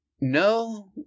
no